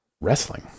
wrestling